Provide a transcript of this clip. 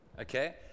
Okay